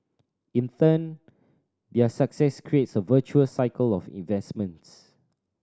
in turn their success creates a virtuous cycle of investments